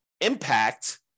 impact